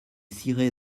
ciré